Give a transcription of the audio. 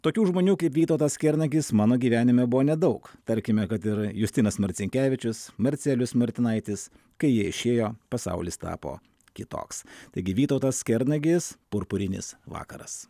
tokių žmonių kaip vytautas kernagis mano gyvenime buvo nedaug tarkime kad ir justinas marcinkevičius marcelijus martinaitis kai jie išėjo pasaulis tapo kitoks taigi vytautas kernagis purpurinis vakaras